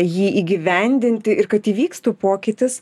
jį įgyvendinti ir kad įvykstų pokytis